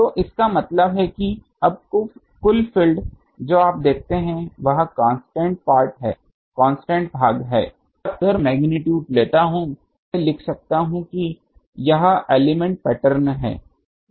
तो इसका मतलब है अब कुल फील्ड जो आप देखते हैं यह कांस्टेंट भाग है और अगर मैं इनमें से मैग्नीट्यूड लेता हूं तो क्या मैं लिख सकता हूं कि यह एलिमेंट पैटर्न है